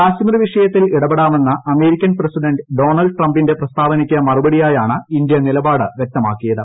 കാശ്മീർ വിഷയത്തിൽ ഇടപെടാമെന്ന American president Donald ട്രംപിന്റെ പ്രസ്താവനയ്ക്ക് മറുപടിയായാണ് ഇന്ത്യ നിലപാട് വ്യക്തമാക്കിയത്